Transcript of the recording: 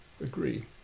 agree